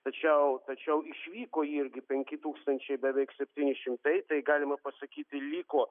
tačiau tačiau išvyko irgi penki tūkstančiai beveik septyni šimtai tai galima pasakyti liko